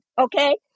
okay